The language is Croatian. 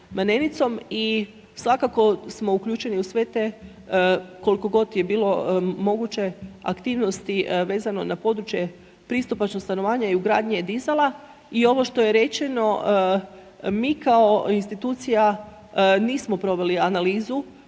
i svako smo uključeni u sve te, koliko god je bilo moguće aktivnosti vezano na područje pristupačnosti i stanovanja i ugradnje dizala. I ovo što je rečeno mi kao institucija nismo proveli analizu